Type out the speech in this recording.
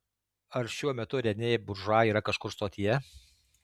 ar šiuo metu renė buržua yra kažkur stotyje